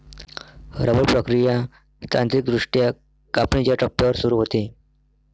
rubber प्रक्रिया तांत्रिकदृष्ट्या कापणीच्या टप्प्यावर सुरू होते